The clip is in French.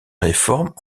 réformes